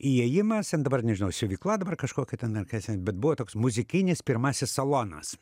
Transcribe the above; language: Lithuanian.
įėjimas ten dabar nežinau siuvykla dabar kažkokia ten ar kas ten bet buvo toks muzikinis pirmasis salonas